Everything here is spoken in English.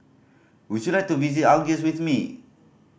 would you like to visit Algiers with me